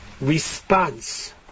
response